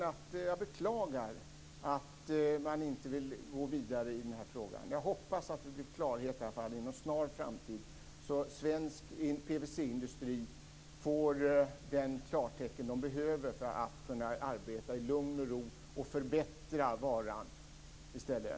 Jag beklagar att man inte vill gå vidare i den här frågan. Jag hoppas att det blir klarhet inom en snar framtid, så att svensk PVC-industri får det klartecken som den behöver för att kunna arbeta i lugn och ro och kunna förbättra varan i stället.